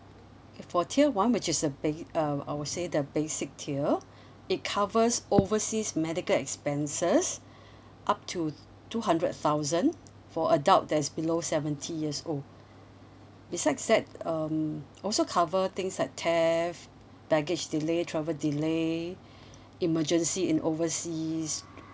for tier one which is the ba~ uh I would say the basic tier it covers overseas medical expenses up to two hundred thousand for adult that's below seventy years old besides that um also cover things like theft baggage delay travel delay emergency in overseas